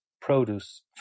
produce